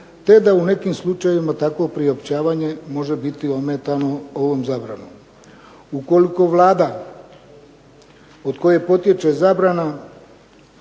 te da u nekim slučajevima takvo priopćavanje može biti ometano ovom zabranom. Ukoliko Vlada od koje potječe zabrana